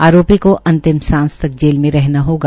आरोपी को अंतिम सांस तक जेल में रहना होगा